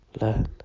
learn